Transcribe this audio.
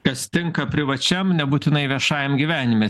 kas tinka privačiam nebūtinai viešajam gyvenime